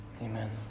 Amen